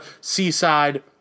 Seaside